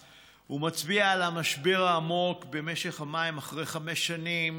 ומצביע על המשבר העמוק במשק המים אחרי חמש שנים